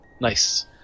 Nice